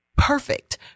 perfect